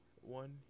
One